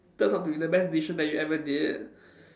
turns out to be the best decision that you ever did